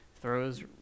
throws